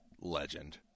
legend